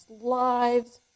lives